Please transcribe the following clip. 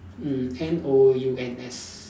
mm N O U N S